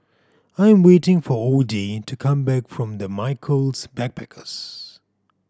I'm waiting for Odie to come back from the Michaels Backpackers